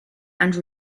and